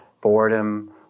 boredom